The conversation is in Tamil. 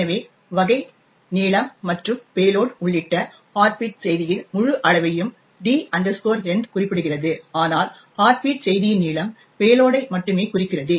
எனவே வகை நீளம் மற்றும் பேலோட் உள்ளிட்ட ஹார்ட் பீட் செய்தியின் முழு அளவையும் d length குறிப்பிடுகிறது ஆனால் ஹார்ட் பீட் செய்தியின் நீளம் பேலோடை மட்டுமே குறிக்கிறது